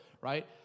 right